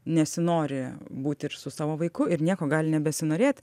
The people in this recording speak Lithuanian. nesinori būt ir su savo vaiku ir nieko gali nebesinorėt